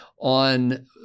on